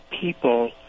people